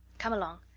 come along.